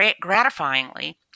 gratifyingly